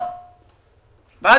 אשקלון היא עיר,